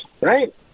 right